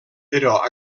però